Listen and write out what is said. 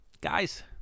Guys